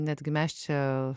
netgi mes čia